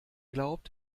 glaubt